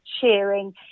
cheering